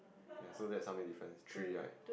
ya so that's how many difference three right